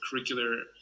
curricular